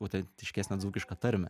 autentiškesnę dzūkišką tarmę